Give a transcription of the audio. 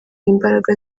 imbaraga